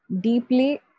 deeply